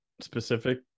specific